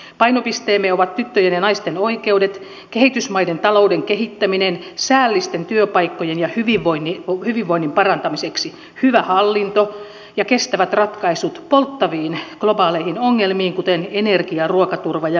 painopisteemme ovat tyttöjen ja naisten oikeudet kehitysmaiden talouden kehittäminen säällisten työpaikkojen ja hyvinvoinnin parantamiseksi hyvä hallinto ja kestävät ratkaisut polttaviin globaaleihin ongelmiin kuten energia ruokaturva ja vesihuoltokysymyksiin